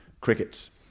Crickets